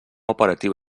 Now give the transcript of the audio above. operatiu